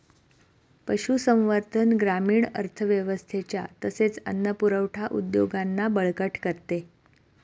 पशुसंवर्धन ग्रामीण अर्थव्यवस्थेच्या तसेच अन्न पुरवठा उद्योगांना बळकट करते